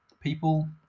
people